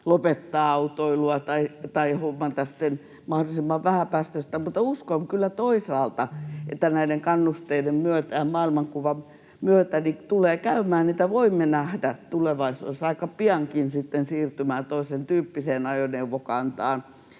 lopettaa autoilua tai hommata sitten mahdollisimman vähäpäästöistä. Mutta uskon kyllä toisaalta, että näiden kannusteiden myötä ja maailmankuvan myötä tulee käymään niin, että voimme nähdä tulevaisuudessa aika piankin sitten siirtymää toisentyyppiseen ajoneuvokantaan.